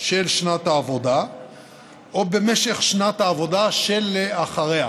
של שנת העבודה או במשך שנת העבודה שלאחריה,